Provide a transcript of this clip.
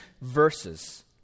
verses